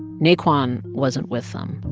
naquan wasn't with them.